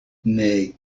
nee